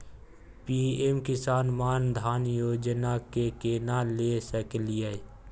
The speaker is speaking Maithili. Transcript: पी.एम किसान मान धान योजना के केना ले सकलिए?